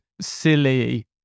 silly